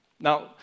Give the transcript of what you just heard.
Now